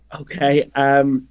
Okay